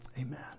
Amen